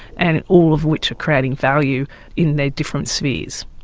and all of which are creating value in their different spheres.